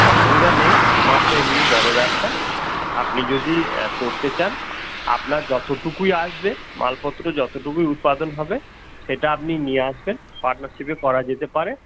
অসুবিধা নেই আমার তো এমনি বড়ো ব্যবসা আপনি যদি করতে চান আপনার যতটুকুই আসবে মালপত্র যতটুকুই উৎপাদন হবে সেটা আপনি নিয়ে আসবেন পার্টনারশিপে করা যেতে পারে